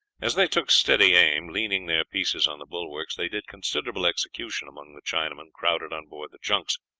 as they took steady aim, leaning their pieces on the bulwarks, they did considerable execution among the chinamen crowded on board the junks,